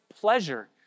pleasure